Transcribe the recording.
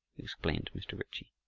explained mr. ritchie,